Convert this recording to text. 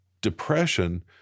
depression